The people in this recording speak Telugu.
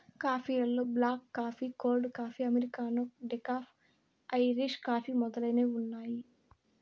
కాఫీ లలో black coffee, cold coffee, americano, decaf, Irish coffee మొదలైనవి ఉన్నాయి